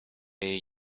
jej